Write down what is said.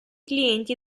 clienti